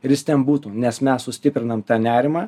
ir jis ten būtų nes mes sustiprinam tą nerimą